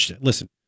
listen